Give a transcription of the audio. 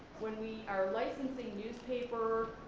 when we are licensing newspaper,